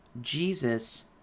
Jesus